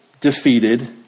defeated